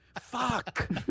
Fuck